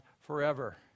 forever